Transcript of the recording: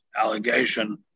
allegation